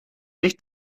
nicht